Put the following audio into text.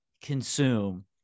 consume